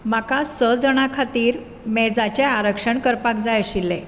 म्हाका स जाणां खातीर मेजाचे आरक्षण करपाक जाय आशिल्लें